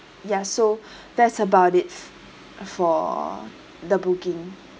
ya so that's about it for the booking